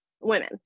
women